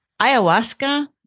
ayahuasca